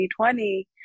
2020